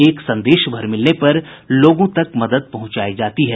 एक संदेश भर मिलने पर लोगों तक मदद पहुंचायी जाती है